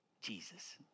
Jesus